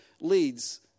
leads